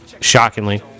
shockingly